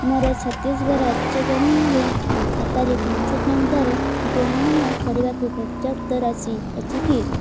ମୋର ଛତିଶଗଡ଼ ରାଜ୍ୟ ଗ୍ରାମୀଣ ବ୍ୟାଙ୍କ ଖାତାରେ ପାଞ୍ଚ ଟଙ୍କାର ଦେଣ ନେଣ କରିବାକୁ ପର୍ଯ୍ୟାପ୍ତ ରାଶି ଅଛି କି